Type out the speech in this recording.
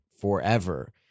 forever